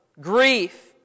grief